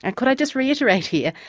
and could i just reiterate here,